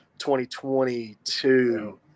2022